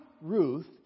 Ruth